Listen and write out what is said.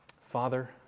Father